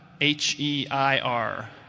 H-E-I-R